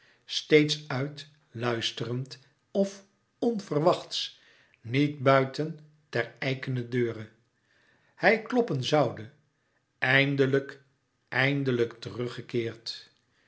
steeds uit luisterend of onverwachts niet buiten ter eikene deure hij kloppen zoude eindelijk eindelijk